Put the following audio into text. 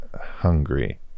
hungry